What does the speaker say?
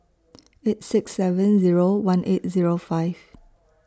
eight six seven Zero one eight Zero five